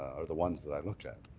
are the ones that i looked at.